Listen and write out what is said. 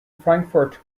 frankfort